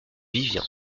vivien